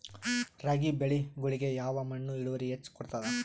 ರಾಗಿ ಬೆಳಿಗೊಳಿಗಿ ಯಾವ ಮಣ್ಣು ಇಳುವರಿ ಹೆಚ್ ಕೊಡ್ತದ?